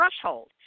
threshold